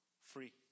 free